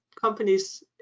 companies